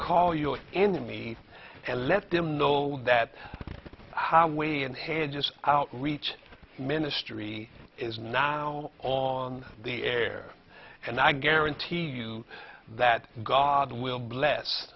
call your enemy and let them know that highway and head just out reach ministry is now on the air and i guarantee you that god will bless